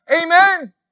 Amen